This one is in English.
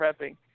prepping